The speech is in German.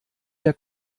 der